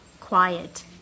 quiet